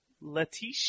Letitia